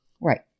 right